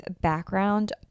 background